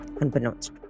unbeknownst